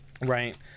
Right